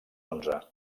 onze